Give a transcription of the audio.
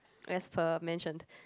as per mentioned